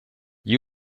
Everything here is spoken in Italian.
gli